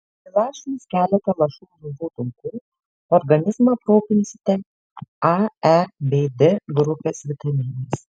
įlašinus keletą lašų žuvų taukų organizmą aprūpinsite a e bei d grupės vitaminais